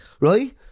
Right